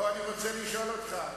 ועכשיו אני רוצה לשאול אותך,